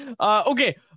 Okay